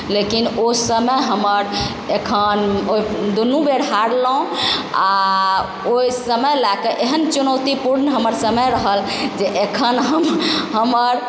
लेकिन ओ समय हमर एखन दुनू बेर हारलहुँ आओर ओहि समय लए कऽ एहन चुनौतीपुर्ण हमर समय रहल जे एखन हम हमर